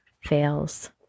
fails